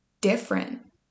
different